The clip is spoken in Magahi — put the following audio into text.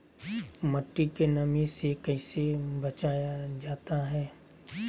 मट्टी के नमी से कैसे बचाया जाता हैं?